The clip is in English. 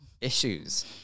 issues